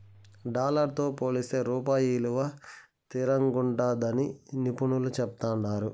dollar తో పోలిస్తే రూపాయి ఇలువ తిరంగుండాదని నిపునులు చెప్తాండారు